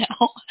now